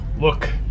Look